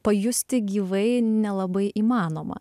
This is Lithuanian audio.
pajusti gyvai nelabai įmanoma